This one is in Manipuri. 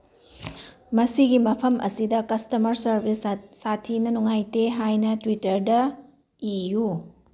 ꯃꯁꯤꯒꯤ ꯃꯐꯝ ꯑꯁꯤꯗ ꯀꯁꯇꯃꯔ ꯁꯥꯔꯚꯤꯁ ꯁꯥꯊꯤꯅ ꯅꯨꯡꯉꯥꯏꯇꯦ ꯍꯥꯏꯅ ꯇ꯭ꯌꯨꯇꯔꯗ ꯏꯌꯨ